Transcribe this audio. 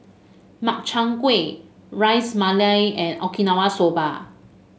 Makchang Gui Ras Malai and Okinawa Soba